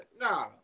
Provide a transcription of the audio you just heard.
Nah